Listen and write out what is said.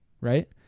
right